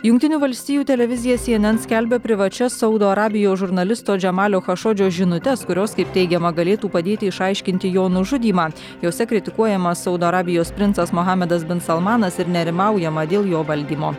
jungtinių valstijų televizija cnn skelbia privačias saudo arabijos žurnalisto džemalio chašodžio žinutes kurios kaip teigiama galėtų padėti išaiškinti jo nužudymą jose kritikuojamas saudo arabijos princas muhamedas bin salmanas ir nerimaujama dėl jo valdymo